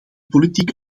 politiek